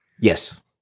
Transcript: Yes